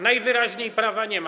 Najwyraźniej prawa nie ma.